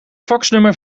faxnummer